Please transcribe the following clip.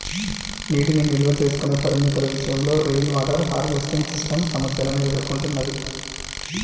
నీటిని నిల్వ చేసుకునే పరిమితుల విషయంలో రెయిన్వాటర్ హార్వెస్టింగ్ సిస్టమ్ సమస్యలను ఎదుర్కొంటున్నది